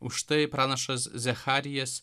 užtai pranašas zecharijas